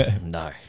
No